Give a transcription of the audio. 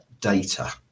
data